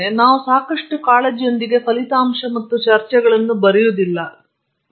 ಆದ್ದರಿಂದ ನಾವು ಒಂದು ತಿಂಗಳ ಕಾಲ ಕುಳಿತು ನಾವು ಫಲಿತಾಂಶಗಳನ್ನು ಮತ್ತು ಚರ್ಚೆಗಳನ್ನು ಬರೆಯಲು ತೆಗೆದುಕೊಂಡೆವು